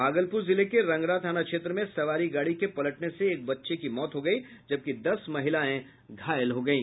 भागलपुर जिले के रंगरा थाना क्षेत्र में सवारी गाड़ी के पलटने से एक बच्चे की मौत हो गयी जबकि दस महिलाएं घायल हो गयी